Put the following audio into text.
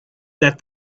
that